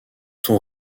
ton